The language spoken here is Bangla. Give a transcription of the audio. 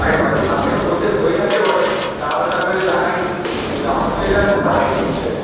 আরে হয়তো তাদেরও হতে হয়ে থাকতে পারে তারা হয়তো আপনাকে জানায়নি কিন্তু আমার তো এটা প্রায় হচ্ছে